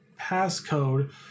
passcode